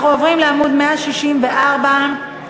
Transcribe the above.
ההסתייגויות לא